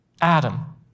Adam